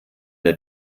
der